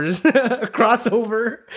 crossover